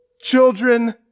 Children